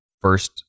First